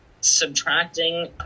subtracting